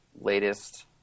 latest